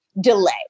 delay